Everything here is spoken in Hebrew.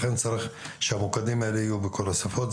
לכן צריך שהמוקדים האלה יהיו בכל השפות.